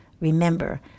Remember